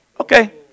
Okay